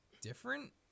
different